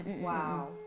Wow